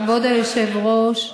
כבוד היושב-ראש,